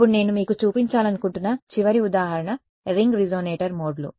అప్పుడు నేను మీకు చూపించాలనుకుంటున్న చివరి ఉదాహరణ రింగ్ రెసొనేటర్ మోడ్లు